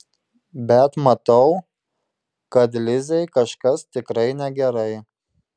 bet matau kad lizei kažkas tikrai negerai